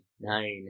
Nine